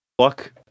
Fuck